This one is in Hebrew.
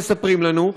מספרים לנו,